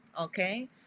okay